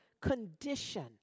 condition